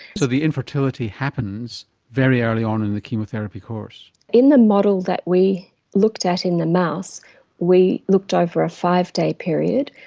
so the infertility happens very early on in the chemotherapy course. in the model that we looked at in the mouse we looked over a five day period,